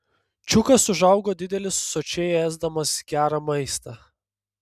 čiukas užaugo didelis sočiai ėsdamas gerą maistą